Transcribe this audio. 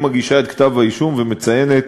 והיא מגישה את כתב-האישום ומציינת